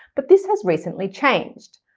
but this has recently changed.